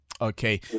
Okay